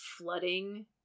flooding